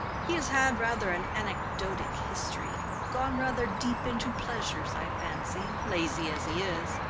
he has had rather an anecdotic history gone rather deep into pleasures, i fancy, lazy as he is.